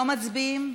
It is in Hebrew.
לא מצביעים?